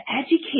educate